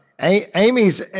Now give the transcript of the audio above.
Amy's